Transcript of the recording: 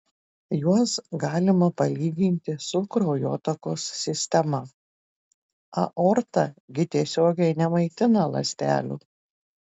juos galima palyginti su kraujotakos sistema aorta gi tiesiogiai nemaitina ląstelių